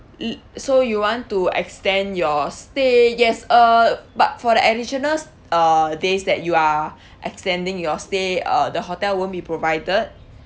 i~ so you want to extend your stay yes uh but for the additional st~ uh days that you are extending your stay uh the hotel won't be provided